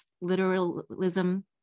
literalism